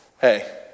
hey